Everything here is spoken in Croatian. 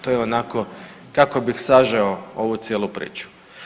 To je onako kako bih sažeo ovu cijelu priču.